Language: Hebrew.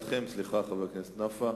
חבר הכנסת נפאע,